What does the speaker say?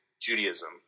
Judaism